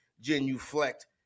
genuflect